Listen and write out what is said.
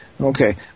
Okay